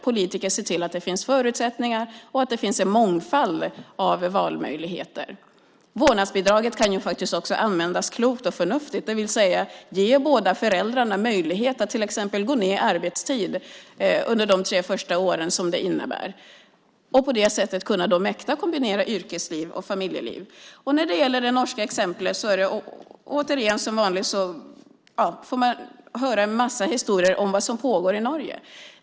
Politiker ska se till att det finns förutsättningar och en mångfald av valmöjligheter. Vårdnadsbidraget kan faktiskt också användas klokt och förnuftigt, det vill säga på ett sådant sätt att det ger båda föräldrarna möjlighet att till exempel gå ned i arbetstid under de tre första åren och på det sättet mäkta med att kombinera yrkesliv och familjeliv. Det norska exemplet har nämnts. Som vanligt får man höra en massa historier om vad som pågår i Norge.